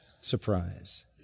surprise